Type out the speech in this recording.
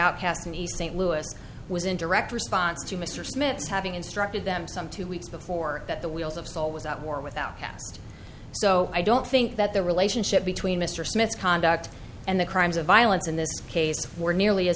outcast in east st louis was in direct response to mr smith's having instructed them some two weeks before that the wheels of soul was at war with outcast so i don't think that the relationship between mr smith's conduct and the crimes of violence in this case were nearly a